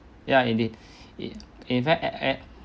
ya indeed in in fact at at